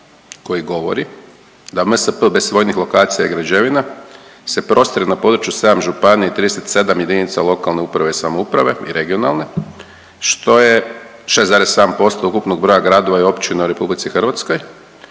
koji govori da MSP bez vojnih lokacija i građevina se prostire na području 7 županija i 37 jedinica lokalne uprave i samouprave i regionalne što je 6,7% ukupnog broja gradova i općina u Republici Hrvatskoj,